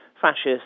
fascists